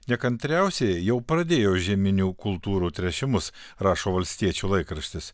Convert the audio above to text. nekantriausieji jau pradėjo žieminių kultūrų tręšimus rašo valstiečių laikraštis